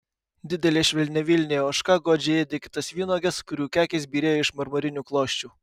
didelė švelniavilnė ožka godžiai ėdė kitas vynuoges kurių kekės byrėjo iš marmurinių klosčių